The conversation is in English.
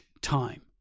time